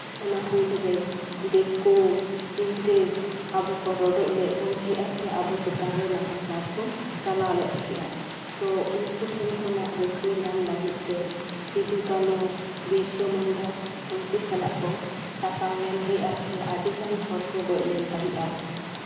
ᱚᱱᱟ ᱦᱩᱞᱨᱮ ᱫᱤᱠᱩ ᱤᱝᱨᱮᱡᱽ ᱟᱵᱚ ᱠᱚ ᱨᱚᱰᱚᱡ ᱞᱮᱜ ᱵᱚᱱ ᱛᱟᱦᱮᱸᱜᱼᱟ ᱥᱮ ᱟᱵᱚ ᱪᱮᱛᱟᱱᱨᱮ ᱱᱟᱦᱟᱪᱟᱨ ᱠᱚ ᱪᱟᱞᱟᱣ ᱞᱮᱫ ᱛᱟᱦᱮᱸᱜᱼᱟ ᱛᱚ ᱩᱱᱠᱩ ᱴᱷᱮᱱ ᱠᱷᱚᱱᱟᱜ ᱨᱩᱠᱷᱟᱹᱭ ᱧᱟᱢ ᱞᱟᱹᱜᱤᱫᱛᱮ ᱥᱤᱫᱩ ᱠᱟᱹᱱᱦᱩ ᱵᱤᱨᱥᱟ ᱢᱩᱱᱰᱟ ᱩᱱᱠᱩ ᱥᱟᱞᱟᱜ ᱠᱚ ᱛᱟᱢᱟᱢ ᱞᱮᱜ ᱛᱟᱦᱮᱸᱜᱼᱟ ᱥᱮ ᱟᱹᱰᱤᱜᱟᱱ ᱦᱚᱲ ᱠᱚ ᱜᱚᱡ ᱞᱮᱱ ᱛᱟᱦᱮᱸᱜᱼᱟ